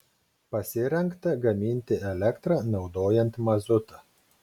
pasirengta gaminti elektrą naudojant mazutą